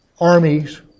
armies